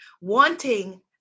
wanting